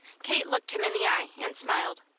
kate looked him in the eye, and smiled.